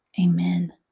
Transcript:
Amen